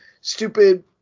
stupid